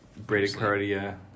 Bradycardia